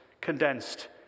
condensed